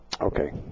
Okay